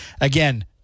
Again